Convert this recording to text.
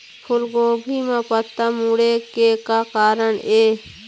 फूलगोभी म पत्ता मुड़े के का कारण ये?